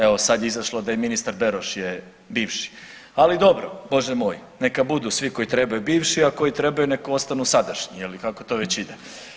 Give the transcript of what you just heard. Evo sad je izišlo da i ministar Beroš je bivši, ali dobro Bože moj, neka budu svi koji trebaju bivši, a koji trebaju nek ostanu sadašnji je li kako to već ide.